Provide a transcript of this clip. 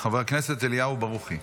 חבר הכנסת אליהו ברוכי,